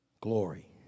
Glory